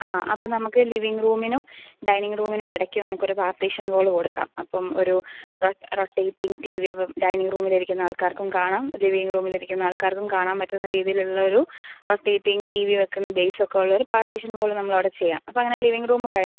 ആ അപ്പോൾ നമുക്ക് ലിവിംഗ് റൂമിനും ഡൈനിംഗ് റൂമിനും ഇടയ്ക്ക് നമുക്കൊരു പാർട്ടീഷൻ ഹോള് കൊടുക്കാം അപ്പം ഒരു റൊട്ടേറ്റിംഗ് ടി വി അപ്പം ഡൈനിംഗ് റൂമിലിരിക്കുന്ന ആൾക്കാർക്കും കാണാം ലിവിംഗ് റൂമിലിരിക്കുന്ന ആൾക്കാർക്കും കാണാൻ പറ്റുന്ന രീതിയിലുള്ളൊരു റൊട്ടേറ്റിംഗ് ടി വി വെക്കുന്ന ബേസൊക്കെ ഉള്ളൊരു പാർട്ടീഷൻ ഹോള് നമ്മൾ അവിടെ ചെയ്യാം അപ്പോൾ അങ്ങനെ ലിവിംഗ് റൂമ് കഴിഞ്ഞ്